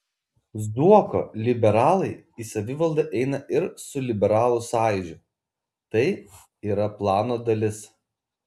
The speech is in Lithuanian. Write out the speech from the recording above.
zuoko liberalai į savivaldą eina ir su liberalų sąjūdžiu tai yra plano dalis